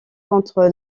contre